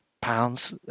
pounds